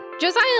Josiah